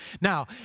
Now